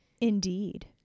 Indeed